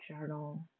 journal